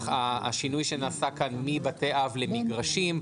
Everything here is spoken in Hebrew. השינוי שנעשה כאן מבתי-אב למגרשים,